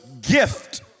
gift